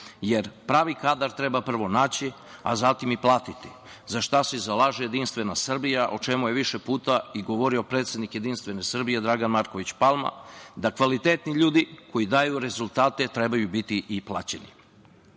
jer pravi kadar treba prvo naći, a zatim i platiti, za šta se zalaže JS, o čemu je više puta i govorio predsednik JS Dragan Marković Palma, da kvalitetni ljudi koji daju rezultate trebaju biti i plaćeni. Vi